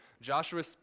Joshua